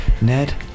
ned